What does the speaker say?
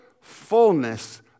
fullness